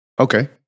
Okay